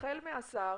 החל מהשר ומטה,